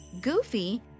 Goofy